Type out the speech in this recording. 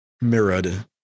mirrored